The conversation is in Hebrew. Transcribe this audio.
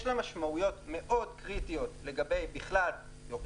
יש לה משמעויות מאוד קריטיות לגבי בכלל יוקר